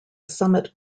summit